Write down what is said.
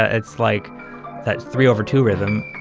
ah it's like that's three over two rhythm.